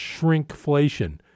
shrinkflation